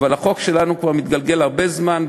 אבל החוק שלנו כבר מתגלגל הרבה זמן,